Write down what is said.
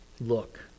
Look